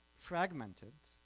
fragmented,